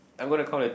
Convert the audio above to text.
I'm gonna count the